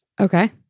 Okay